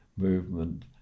movement